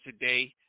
today